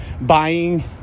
buying